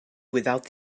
without